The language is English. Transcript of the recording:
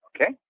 okay